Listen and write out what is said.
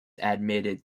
admitted